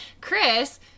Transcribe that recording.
Chris